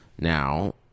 now